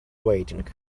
waiting